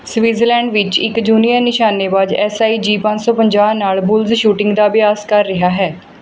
Switzerland ਵਿੱਚ ਇੱਕ junior ਨਿਸ਼ਾਨੇਬਾਜ਼ ਐੱਸ ਆਈ ਜੀ ਪੰਜ ਸੌ ਪੰਜਾਹ ਨਾਲ਼ ਬੁੱਲਸ ਸ਼ੂਟਿੰਗ ਦਾ ਅਭਿਆਸ ਕਰ ਰਿਹਾ ਹੈ